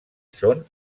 són